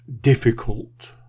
difficult